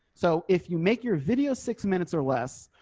so if you make your video six minutes or less.